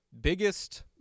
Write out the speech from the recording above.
biggest